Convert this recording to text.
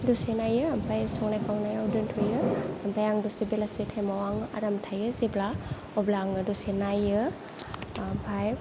दसे नायो ओमफ्राय संनाय खावनायाव दोनथ'यो ओमफ्राय आं दसे बेलासि टाइमाव आं आराम थायो जेब्ला अब्ला आङो दसे नायो ओमफ्राय